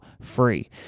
free